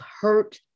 hurt